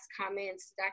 comments